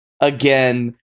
again